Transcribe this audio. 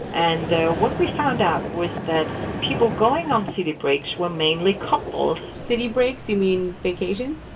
and what we found out was that people going on city breaks were mainly couples city breaks you mean vacation?